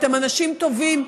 אתם אנשים טובים.